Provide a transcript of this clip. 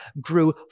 grew